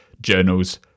journals